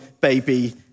baby